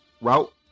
route